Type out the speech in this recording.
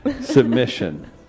submission